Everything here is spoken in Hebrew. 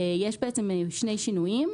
יש שני שינוים.